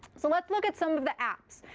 so let's look at some of the apps.